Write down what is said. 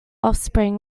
offspring